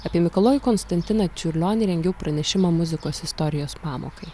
apie mikalojų konstantiną čiurlionį rengiau pranešimą muzikos istorijos pamokai